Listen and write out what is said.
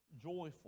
joyful